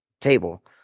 table